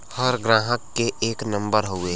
हर ग्राहक के एक नम्बर हउवे